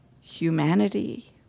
humanity